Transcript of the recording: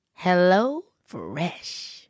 HelloFresh